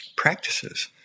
practices